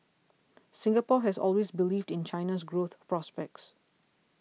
Singapore has always believed in China's growth prospects